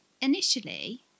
initially